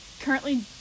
currently-